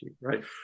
right